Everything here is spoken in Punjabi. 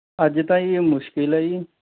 ਅੱਜ ਤਾਂ ਜੀ ਇਹ ਮੁਸ਼ਕਿਲ ਹੈ ਜੀ